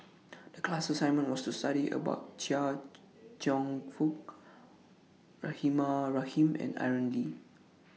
The class assignment was to study about Chia Cheong Fook Rahimah Rahim and Aaron Lee